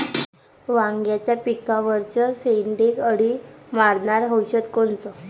वांग्याच्या पिकावरचं शेंडे अळी मारनारं औषध कोनचं?